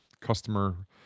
customer